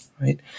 right